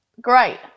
great